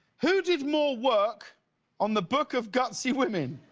who did more work on the book of gutsy women,